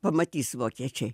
pamatys vokiečiai